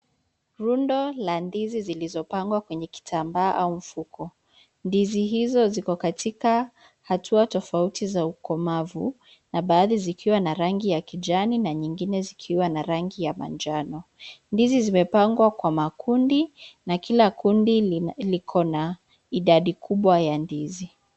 Rundo la ndizi zilizopangwa kwenye kitambaa au mfuko ndizi hizo ziko katika hatua tofauti za ukomavu na baadhi zikiwa na rangi ya kijani na nyingine zikiwa na rangi ya manjano. Ndizi zimepangwa kwa makundi na kila kundi liko na idadi kubwa ya ndizi.